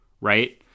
Right